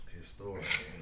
Historic